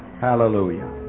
Hallelujah